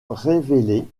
révéler